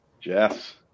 Jess